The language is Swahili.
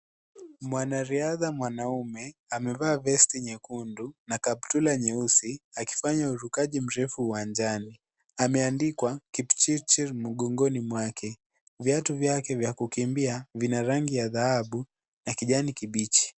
Mwanariadha mwanaume amevaa vesti nyekundu na kaptula nyeusi akifanya urukaji mrefu uwanjani. Ameandikwa " Kipchirchir" mgongoni mwake. Viatu vyake vya kukimbia vina rangi ya dhahabu na kijani kibichi.